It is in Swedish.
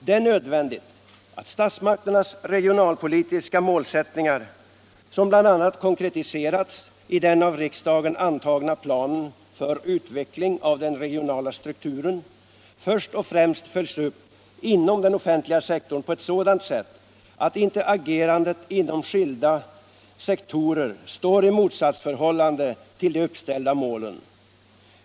Det är nödvändigt att statsmakternas regionalpolitiska målsättningar, som bl.a. konkretiserats i den av riksdagen antagna planen för utveckling av den regionala strukturen, först och främst följs upp inom den offentliga sektorn på ett sådant sätt att inte agerandet inom skilda sektorer står i motsatsförhållände till de uppställda målen.